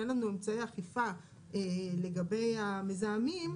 אין לנו אמצעי אכיפה לגבי המזהמים,